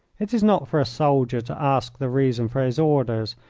it is not for a soldier to ask the reason for his orders,